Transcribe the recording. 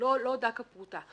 לא דק פורתא.